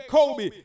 Kobe